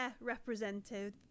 representative